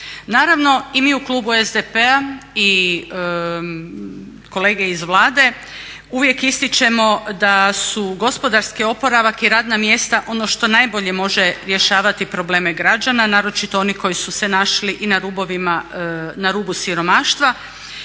Naravno i mi u klubu SDP-a i kolege iz Vlade uvijek ističemo da su gospodarski oporavak i radna mjesta ono što najbolje može rješavati probleme građana naročito oni koji su se našli i na rubu siromaštva.